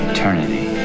Eternity